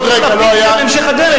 בהמשך הדרך,